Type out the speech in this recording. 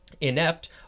inept